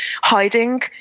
hiding